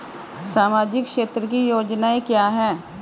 सामाजिक क्षेत्र की योजनाएं क्या हैं?